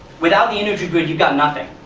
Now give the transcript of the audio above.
without the energy grid, you've got nothing.